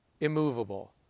immovable